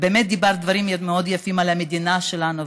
ובאמת אמרת דברים מאוד יפים על המדינה שלנו,